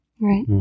Right